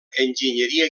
enginyeria